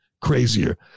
crazier